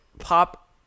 pop